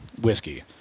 whiskey